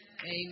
Amen